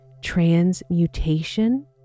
transmutation